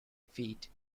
feet